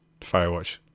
Firewatch